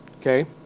Okay